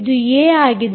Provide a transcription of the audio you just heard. ಇದು ಏ ಆಗಿದೆ